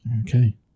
Okay